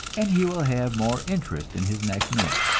and he will have more interest in his next meal.